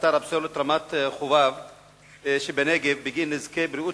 אתר הפסולת רמת-חובב שבנגב בגין נזקי בריאות